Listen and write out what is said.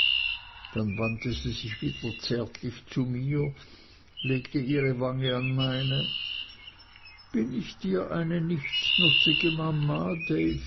dann wandte sie sich wieder zärtlich zu mir legte ihre wange an meine bin ich dir eine nichtsnutzige mama